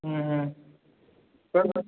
sir